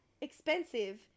expensive